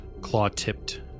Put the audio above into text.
claw-tipped